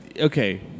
Okay